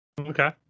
Okay